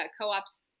co-ops